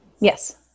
Yes